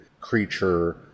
creature